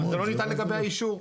אבל זה לא ניתן לגביה אישור.